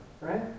Right